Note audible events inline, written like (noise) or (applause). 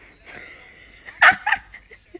(laughs)